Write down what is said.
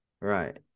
Right